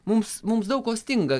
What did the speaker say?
mums mums daug ko stinga